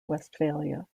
westphalia